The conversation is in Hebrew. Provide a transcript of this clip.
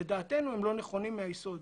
לדעתנו, הם לא נכונים מהיסוד.